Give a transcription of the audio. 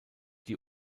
die